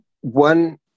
one